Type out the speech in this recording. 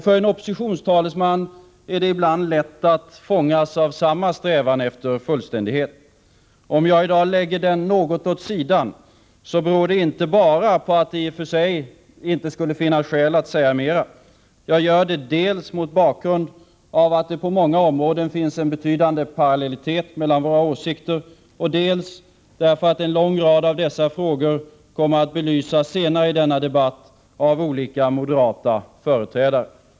För en oppositionstalesman är det ibland lätt att fångas an efter fullständighet. Om jag i dag lägger denna något åt sidan beror det inte bara på att det i och för sig inte skulle finnas skäl att säga mera. Jag gör det dels mot bakgrund av att det på många områden finns en betydande parallellitet mellan våra åsikter, dels därför att en lång rad av dessa åsikter senare i denna debatt kommer att belysas av olika moderata företrädare.